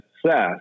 success